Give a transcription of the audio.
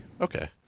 okay